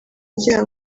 ngira